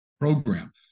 program